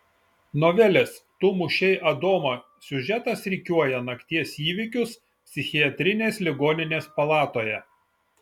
novelės tu mušei adomą siužetas rikiuoja nakties įvykius psichiatrinės ligoninės palatoje